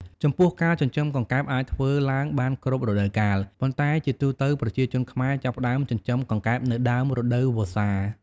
ចំពោះការចិញ្ចឹមកង្កែបអាចធ្វើឡើងបានគ្រប់រដូវកាល ប៉ុន្តែជាទូទៅ ប្រជាជនខ្មែរចាប់ផ្ដើមចិញ្ចឹមកង្កែបនៅដើមរដូវវស្សា។